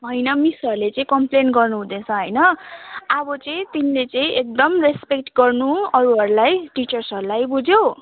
होइन मिसहरूले चाहिँ कम्प्लेन गर्नुहुँदैछ होइन अब चाहिँ तिमीले चाहिँ एकदम रेस्पेक्ट गर्नु अरूहरूलाई टिचर्सहरूलाई बुझ्यौ